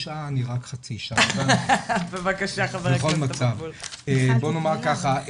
בוא נאמר ככה,